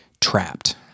trapped